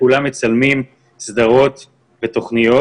כולם מצלמים סדרות ותוכניות,